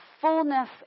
fullness